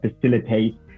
facilitate